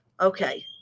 Okay